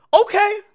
Okay